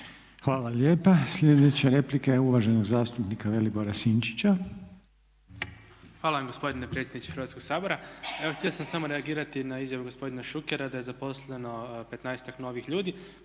Hvala lijepa. Slijedeća replika je uvaženog zastupnika Vilibora Sinčića. **Sinčić, Ivan Vilibor (Živi zid)** Hvala vam gospodine predsjedniče Hrvatskog sabora. Evo htio sam samo reagirati na izjavu gospodina Šukera da je zaposleno petnaestak novih ljudi,